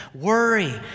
worry